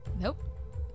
Nope